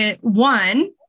one